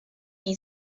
این